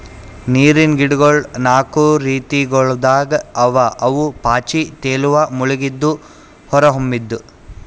ನೀರಿನ್ ಗಿಡಗೊಳ್ ನಾಕು ರೀತಿಗೊಳ್ದಾಗ್ ಅವಾ ಅವು ಪಾಚಿ, ತೇಲುವ, ಮುಳುಗಿದ್ದು, ಹೊರಹೊಮ್ಮಿದ್